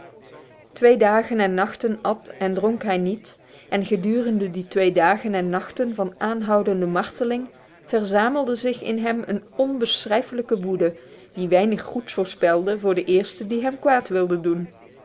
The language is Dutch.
twee dagen en nachten at en dronk hij niet en gedurende die twee dagen en nachten van aanhoudende marteling verzamelde zich in hem een onbeschrijfelijke woede die weinig goeds voorspelde voor den eerste die hem kwaad wilde doen